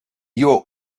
york